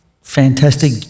fantastic